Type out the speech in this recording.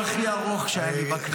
זה הנאום הכי ארוך שהיה לי בכנסת.